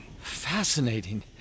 Fascinating